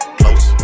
close